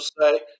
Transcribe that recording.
say